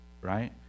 right